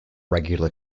regular